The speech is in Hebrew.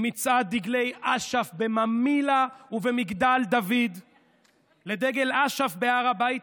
למצעד דגלי אש"ף בממילא ומגדל דוד ולדגל אש"ף בהר הבית.